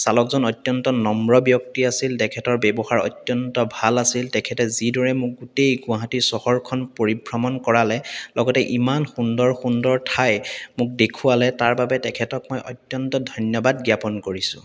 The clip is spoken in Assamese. চালকজন অত্যন্ত নম্ৰ ব্যক্তি আছিল তেখেতৰ ব্যৱহাৰ অত্যন্ত ভাল আছিল তেখেতে যিদৰে মোক গোটেই গুৱাহাটী চহৰখন পৰিভ্ৰমণ কৰালে লগতে ইমান সুন্দৰ সুন্দৰ ঠাই মোক দেখুৱালে তাৰ বাবে তেখেতক মই অত্যন্ত ধন্যবাদ জ্ঞাপন কৰিছোঁ